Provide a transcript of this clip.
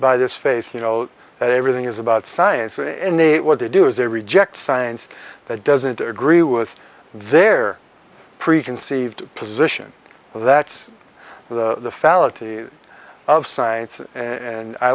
by this faith you know that everything is about science and innate what they do is they reject science that doesn't agree with their preconceived position that's the fallacy of science and i